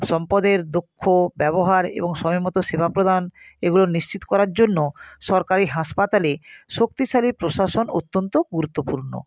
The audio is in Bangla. সম্পদের দক্ষ ব্যবহার এবং সময়মতো সেবা প্রদান এগুলো নিশ্চিত করার জন্য সরকারি হাসপাতালে শক্তিশালী প্রশাসন অত্যন্ত গুরুত্বপূর্ণ